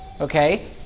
Okay